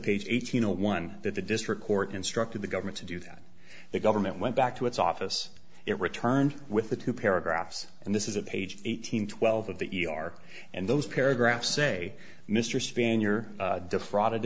page eighteen zero one that the district court instructed the government to do that the government went back to its office it returned with the two paragraphs and this is a page eight hundred twelve of the e r and those paragraphs say mr spanier defraud